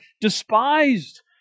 despised